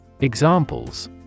Examples